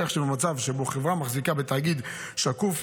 כך שבמצב שבו חברה מחזיקה בתאגיד שקוף,